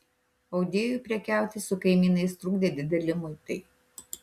audėjui prekiauti su kaimynais trukdė dideli muitai